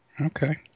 okay